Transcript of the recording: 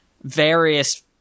various